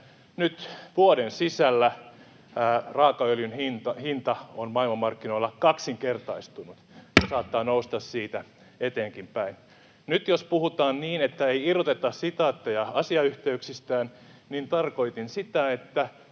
nyt vuoden sisällä raakaöljyn hinta on maailmanmarkkinoilla kaksinkertaistunut ja saattaa nousta siitä eteenkinpäin. Nyt jos puhutaan niin, että ei irroteta sitaatteja asiayhteyksistään, niin tarkoitin sitä, että